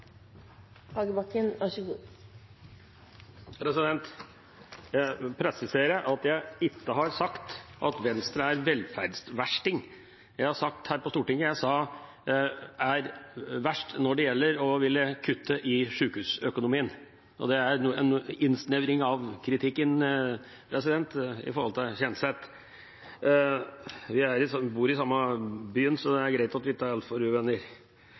Jeg vil presisere at jeg ikke har sagt at Venstre er en velferdsversting her på Stortinget. Jeg sa at partiet er verst når det gjelder å ville kutte i sykehusøkonomien. Det er en innsnevring av kritikken i forhold til Kjenseths uttalelse. Vi bor i samme by, så det er greit at vi ikke er